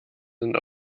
sind